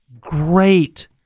great